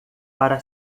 para